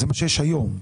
זה מה שיש היום.